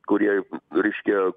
kurie reiškia